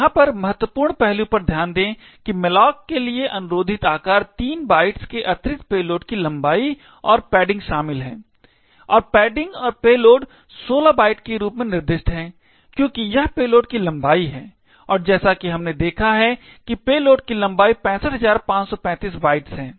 यहाँ पर महत्वपूर्ण पहलू पर ध्यान दें कि malloc के लिए अनुरोधित आकार 3 बाइट्स के अतिरिक्त पेलोड की लम्बाई और पैडिंग शामिल हैं और पैडिंग और पेलोड 16 बाइट्स के रूप में निर्दिष्ट है क्योंकि यह पेलोड की लंबाई है और जैसा कि हमने देखा है कि पेलोड की लंबाई 65535 बाइट्स है